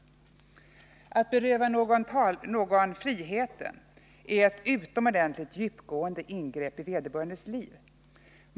Att beröva någon friheten är ett utomordentligt djupgående ingrepp i vederbörandes liv.